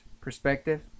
perspective